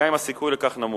גם אם הסיכוי לכך נמוך,